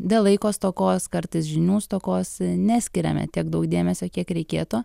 dėl laiko stokos kartais žinių stokos neskiriame tiek daug dėmesio kiek reikėtų